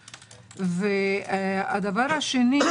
ושנית,